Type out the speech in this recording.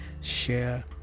Share